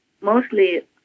Mostly